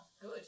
good